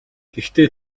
гэхдээ